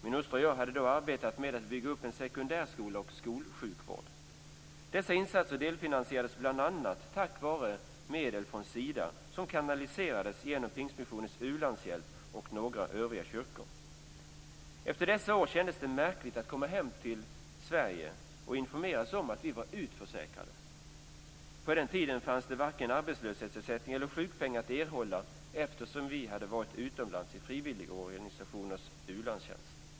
Min hustru och jag hade då arbetat med att bygga upp en sekundärskola och skolsjukvård. Dessa insatser delfinansierades bl.a. tack vare medel från Sida som kanaliserades genom Efter dessa år kändes det märkligt att komma hem till Sverige och informeras om att vi var utförsäkrade. På den tiden fanns det varken arbetslöshetsersättning eller sjukpenning att erhålla, eftersom vi hade varit utomlands i frivilligorganisationers u-landstjänst.